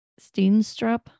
steenstrup